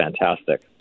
fantastic